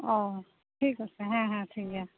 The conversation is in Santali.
ᱚᱻ ᱴᱷᱤᱠ ᱟᱪᱷᱮ ᱦᱮᱸ ᱦᱮᱸ ᱴᱷᱤᱠ ᱜᱮᱭᱟ